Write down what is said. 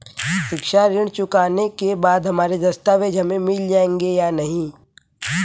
शिक्षा ऋण चुकाने के बाद हमारे दस्तावेज हमें मिल जाएंगे या नहीं?